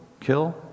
kill